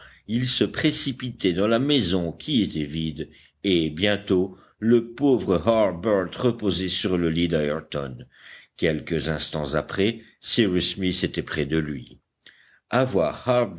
ils se précipitaient dans la maison qui était vide et bientôt le pauvre harbert reposait sur le lit d'ayrton quelques instants après cyrus smith était près de lui à voir